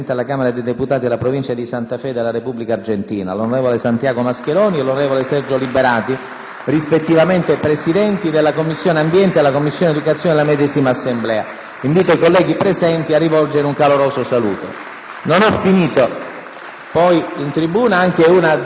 rispettivamente presidenti della Commissione ambiente e della Commissione educazione della medesima Assemblea. Invito i colleghi presenti a rivolgere loro un caloroso saluto. È inoltre presente in tribuna una delegazione del Comune di Laives e dell'Alto Adige, che ringrazio e saluto.